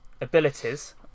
abilities